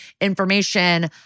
information